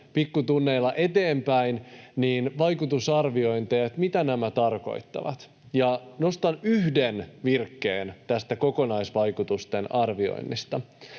pikkutunneilla eteenpäin, eli vaikutusarviointeja siitä, mitä nämä tarkoittavat. Nostan yhden virkkeen tästä kokonaisvaikutusten arvioinnista.